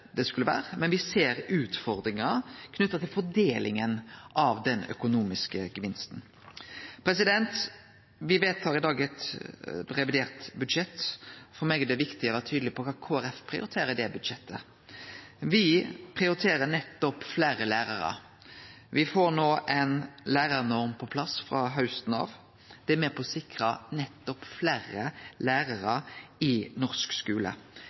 økonomiske gevinsten. Me vedtar i dag eit revidert budsjett. For meg er det viktig å vere tydeleg på kva Kristeleg Folkeparti prioriterer i det budsjettet. Me prioriterer fleire lærarar. Me får no ei lærarnorm på plass frå hausten av. Det er med på å sikre fleire lærarar i norsk skule.